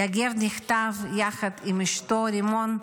יגב נחטף יחד עם אשתו, רימון.